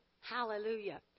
Hallelujah